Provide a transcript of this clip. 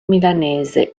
milanese